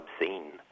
obscene